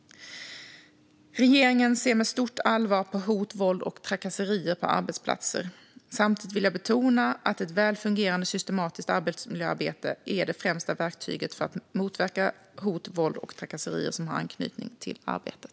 Regeringen ser med stort allvar på hot, våld och trakasserier på arbetsplatser. Samtidigt vill jag betona att ett väl fungerande systematiskt arbetsmiljöarbete är det främsta verktyget för att motverka hot, våld och trakasserier som har anknytning till arbetet.